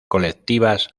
colectivas